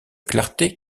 clarté